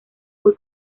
muy